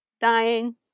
dying